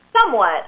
Somewhat